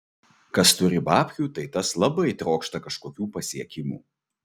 kas turi babkių tai tas labai trokšta kažkokių pasiekimų